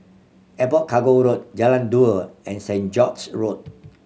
Airport Cargo Road Jalan Dua and Saint George's Road